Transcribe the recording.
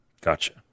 Gotcha